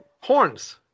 horns